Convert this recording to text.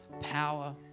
power